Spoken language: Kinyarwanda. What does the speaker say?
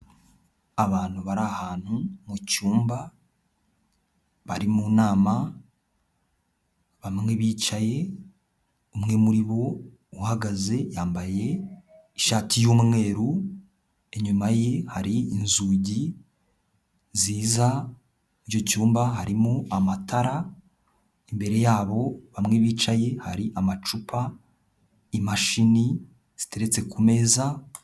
Abantu bari ahantu mu cyumba, bari mu nama bamwe bicaye, umwe muri bo uhagaze yambaye ishati y'umweru, inyuma ye hari inzugi, nziza mu icyo cyumba, harimo amatara, imbere yabo bamwe bicaye, hari amacupa, imashini ziteretse ku meza...